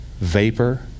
vapor